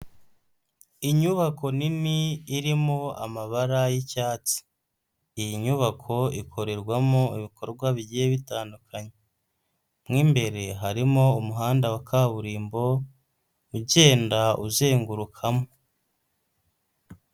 Inyubako nini irimo amabara yicyatsi, iyi nyubako ikorerwamo ibikorwa bigiye bitandukanye, mwimbere harimo umuhanda wa kaburimbo ugenda uzengurukamo.